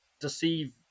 deceive